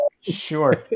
Sure